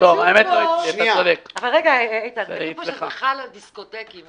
כתוב פה שזה חל על דיסקוטקים.